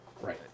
Right